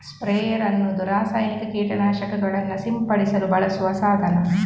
sprayer ಅನ್ನುದು ರಾಸಾಯನಿಕ ಕೀಟ ನಾಶಕಗಳನ್ನ ಸಿಂಪಡಿಸಲು ಬಳಸುವ ಸಾಧನ